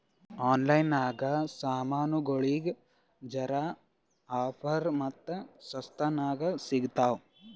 online ನಾಗ್ ಸಾಮಾನ್ಗೊಳ್ ಜರಾ ಆಫರ್ ಮತ್ತ ಸಸ್ತಾ ನಾಗ್ ಸಿಗ್ತಾವ್